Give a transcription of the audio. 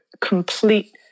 complete